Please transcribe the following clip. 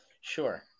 Sure